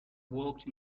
walked